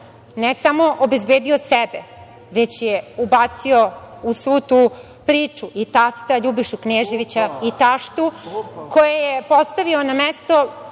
ne samo obezbedio sebe, već je ubacio u svu tu priču i tasta Ljubišu Kneževića i taštu, koje je postavio na mesto